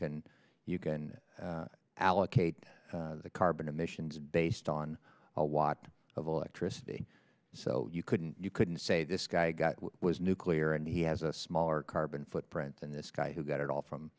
can you can allocate the carbon emissions based on a lot of electricity so you couldn't you couldn't say this guy got was nuclear and he has a smaller carbon footprints and this guy who got it all from